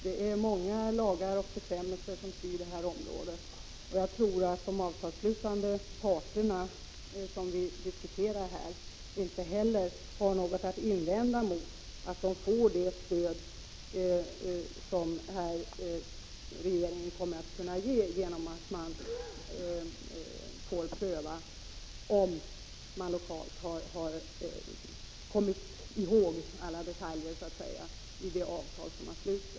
Det är många lagar och bestämmelser som styr detta område, och jag tror att de avtalsslutande parterna inte heller har något att invända mot att de får stöd av regeringen, genom att den prövar om man lokalt har kommit ihåg alla detaljer i det avtal som sluts.